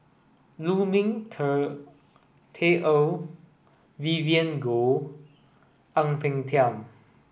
Lu Ming Teh Earl Vivien Goh Ang Peng Tiam